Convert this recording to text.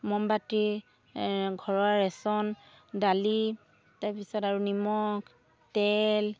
মমবতি ঘৰৰ ৰেচন দালি তাৰ পিছত আৰু নিমখ তেল